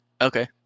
Okay